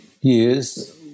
years